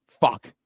fuck